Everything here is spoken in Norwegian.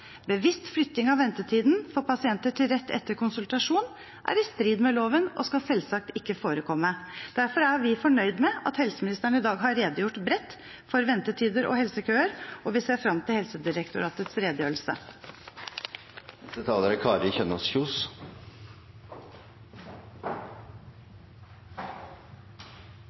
Bevisst flytting av ventetiden for pasienter til rett etter konsultasjon, er i strid med loven og skal selvsagt ikke forekomme. Derfor er vi fornøyd med at helseministeren i dag har redegjort bredt for ventetider og helsekøer, og vi ser frem til Helsedirektoratets redegjørelse.